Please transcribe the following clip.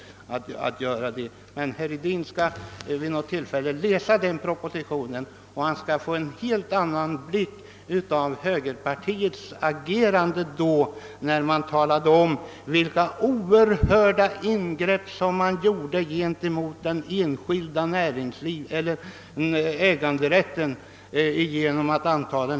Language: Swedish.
Herr Hedin vill jag dock som sagt råda att vid tillfälle läsa den nämnda propositionen och debatten om den för att få en inblick i högerpartiets agerande. Från högerhåll framhölls då vilka oerhörda ingrepp som skulle göras i den enskilda äganderätten om lagen antogs.